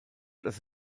dass